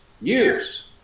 Years